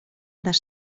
dasz